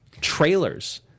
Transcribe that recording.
trailers